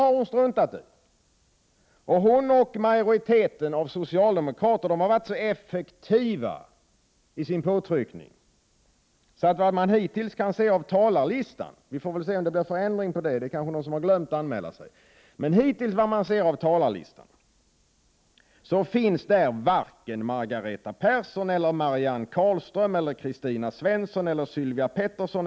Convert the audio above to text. Maj Britt Theorin och majoriteten av socialdemokraterna har varit så effektiva i sin påtryckning att varken Margareta Persson, Marianne Carlström, Kristina Svensson, Sylvia Pettersson, Torgny Larsson, Stig Gustafsson, Oskar Lindkvist, Hans Göran Franck eller Erkki Tammenoksa finns på talarlistan.